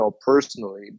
personally